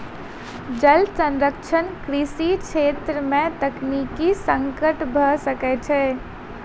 जल संरक्षण कृषि छेत्र में तकनीकी संकट भ सकै छै